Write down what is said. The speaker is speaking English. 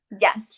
yes